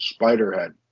Spiderhead